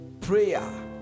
prayer